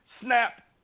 snap